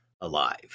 alive